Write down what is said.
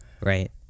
Right